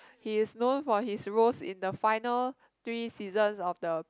he is known for his roles in the final three seasons of the